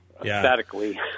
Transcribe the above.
aesthetically